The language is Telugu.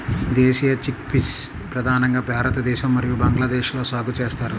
దేశీయ చిక్పీస్ ప్రధానంగా భారతదేశం మరియు బంగ్లాదేశ్లో సాగు చేస్తారు